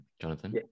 Jonathan